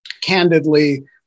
Candidly